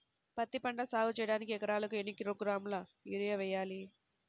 పత్తిపంట సాగు చేయడానికి ఎకరాలకు ఎన్ని కిలోగ్రాముల యూరియా వేయాలి?